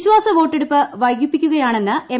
വിശ്വാസ വോട്ടെടുപ്പ് വൈകിപ്പിക്കുകയാണെന്ന് എം